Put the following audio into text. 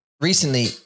recently